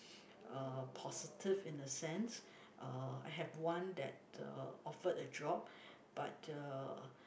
uh positive in a sense uh I have one that uh offered a job but uh